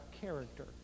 character